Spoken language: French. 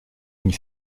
une